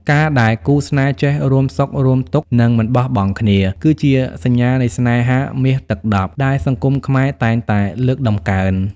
ការដែលគូស្នេហ៍ចេះ "រួមសុខរួមទុក្ខ និងមិនបោះបង់គ្នា" គឺជាសញ្ញានៃស្នេហាមាសទឹកដប់ដែលសង្គមខ្មែរតែងតែលើកតម្កើង។